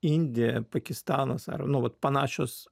indija pakistanas ar nu vat panašios